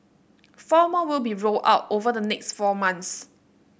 four more will be rolled out over the next four months